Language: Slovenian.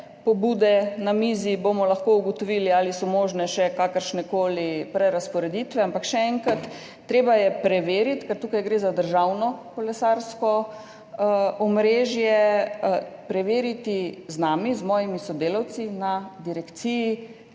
pobude na mizi, bomo lahko ugotovili, ali so možne še kakršnekoli prerazporeditve. Ampak še enkrat, treba je preveriti, ker tukaj gre za državno kolesarsko omrežje, preveriti z nami, z mojimi sodelavci na direkciji,